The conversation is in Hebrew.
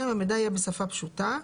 המידע יהיה בשפה פשוטה.